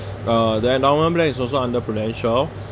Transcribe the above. uh the endowment plan is also under Prudential